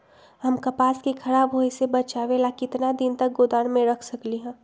हम कपास के खराब होए से बचाबे ला कितना दिन तक गोदाम में रख सकली ह?